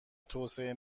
توسعه